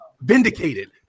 vindicated